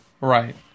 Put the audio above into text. Right